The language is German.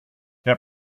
der